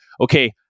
okay